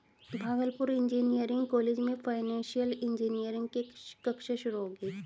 Bhagalpur engineering college में financial engineering की कक्षा शुरू होगी